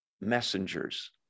messengers